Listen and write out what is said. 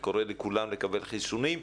ואני קורא לכולם לקבל חיסונים.